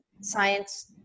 science